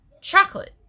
chocolate